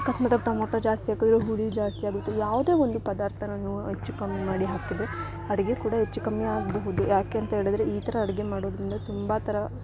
ಆಕಸ್ಮಾತಾಗಿ tomato ಜಾಸ್ತಿ ಹಾಕಿದ್ರೆ ಹುಳಿ ಜಾಸ್ತಿ ಆಗುತ್ತೆ ಯಾವುದೇ ಒಂದು ಪದಾರ್ಥನ ಹೆಚ್ಚು ಕಮ್ಮಿ ಮಾಡಿ ಹಾಕಿದ್ರೆ ಅಡಿಗೆ ಕೂಡ ಹೆಚ್ಚು ಕಮ್ಮಿ ಆಗಬಹುದು ಯಾಕಂತ ಹೇಳಿದ್ರೆ ಈ ಥರ ಅಡಿಗೆ ಮಾಡೋದ್ರಿಂದ ತುಂಬ ಥರ